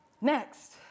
Next